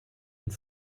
und